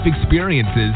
experiences